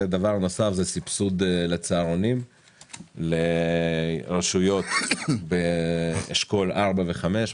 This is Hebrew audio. ובנוסף סבסוד לצהרונים לרשויות באשכול 4 ו-5,